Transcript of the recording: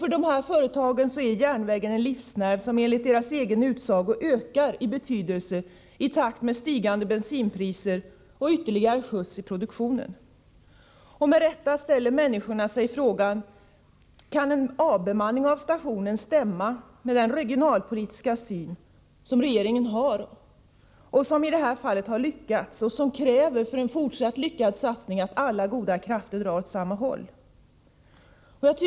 För dessa företag är järnvägen en livsnerv som enligt företagarnas egen utsago ökar i betydelse i takt med stigande bensinpriser och ytterligare ”skjuts” i produktionen. Med rätta ställer människorna sig frågan: Kan en avbemanning av stationen stämma med den regionalpolitiska syn regeringen har? I detta fall har man lyckats, men det krävs för en fortsatt lyckad satsning att alla goda krafter drar åt samma håll.